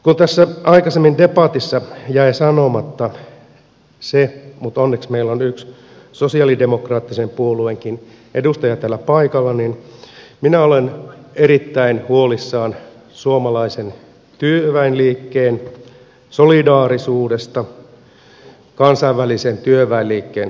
kun tässä aikaisemmin debatissa jäi sanomatta se mutta onneksi meillä on yksi sosialidemokraattisen puolueenkin edustaja täällä paikalla niin minä olen erittäin huolissani suomalaisen työväenliikkeen solidaarisuudesta kansainvälisen työväenliikkeen solidaarisuudesta